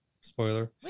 Spoiler